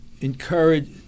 encourage